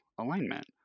alignment